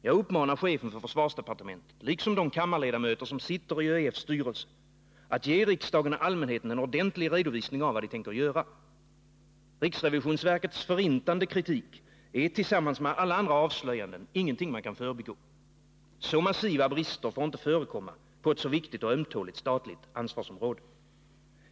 Jag uppmanar chefen för handelsdepartementet liksom de kammarledamöter som sitter i ÖEF:s styrelse att ge riksdagen och allmänheten en ordentlig redovisning av vad de tänker göra. Riksrevisionsverkets förintade kritik är tillsammans med alla andra avslöjanden ingenting man kan förbigå. Så massiva brister får inte förekomma på ett så viktigt och ömtåligt statligt ansvarsområde.